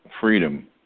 freedom